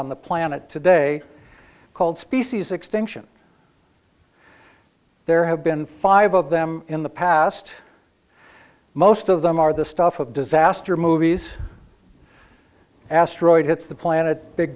on the planet today called species extinction there have been five of them in the past most of them are the stuff of disaster movies asteroid hits the planet big